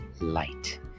light